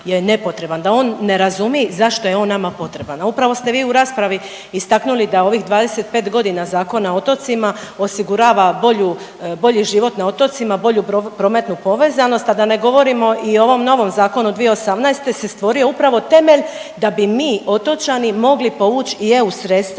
da on je razumi zašto je on nama potreban. Pa upravo ste vi u raspravi istaknuli da ovih 25 godina Zakona o otocima osigurava bolju, bolji život na otocima, bolju prometnu povezanost, a da ne govorimo i o ovom novom zakonu od 2018. se stvorio upravo temelj da bi mi otočani mogli povući i EU sredstva